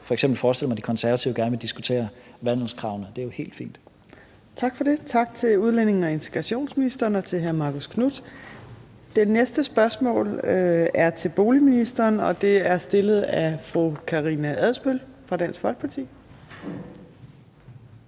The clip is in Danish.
jo f.eks. forestille mig, at De Konservative gerne vil diskutere vandelskravene, og det er jo helt fint. Kl. 15:52 Fjerde næstformand (Trine Torp): Tak til udlændinge- og integrationsministeren og til hr. Marcus Knuth. Det næste spørgsmål er til boligministeren, og det er stillet af fru Karina Adsbøl fra Dansk Folkeparti.